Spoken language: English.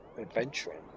adventuring